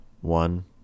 One